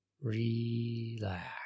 relax